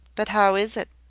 but how is it?